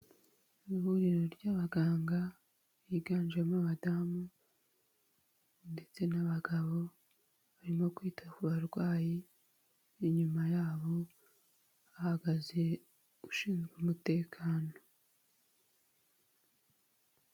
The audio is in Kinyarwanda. Ihuriro ry'abaganga biganjemo abadamu ndetse n'abagabo barimo kwita ku barwayi, inyuma yabo hahagaze ushinzwe umutekano.